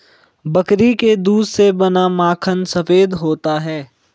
बकरी के दूध से बना माखन सफेद होता है